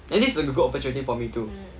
at least is like a good opportunity for me too